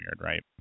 right